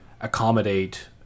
accommodate